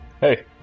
Hey